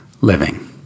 living